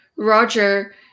Roger